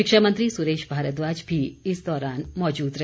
शिक्षा मंत्री सुरेश भारद्वाज भी इस दौरान मौजूद रहे